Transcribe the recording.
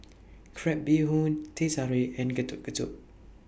Crab Bee Hoon Teh Tarik and Getuk Getuk